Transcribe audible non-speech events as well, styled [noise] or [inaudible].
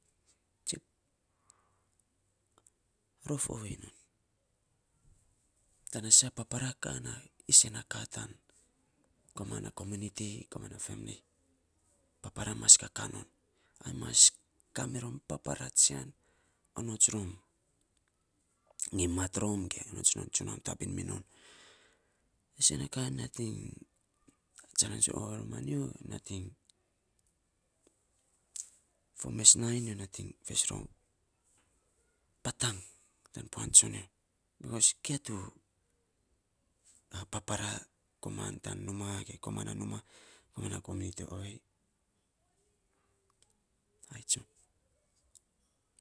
[noise] rof ovei non, tana saa papara kan a isen na ka tan koman na kominiti, koman na femili. Papara mas kakaa non. Ai mas kamirom papara tsian. Onots rom nyi mat rom ge onots rom tsinau tabin minon. Sen na ka nating chalens ovei romanyo nating fo mes nainy nyo nating feis rou patang tan puan tsonyo. Bikos kia tu papara koman tan numaa ge koman na numaa koman na kominiti ovei, ai tsun.